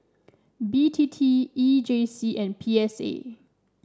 B T T E J C and P S A